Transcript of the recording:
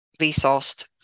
resourced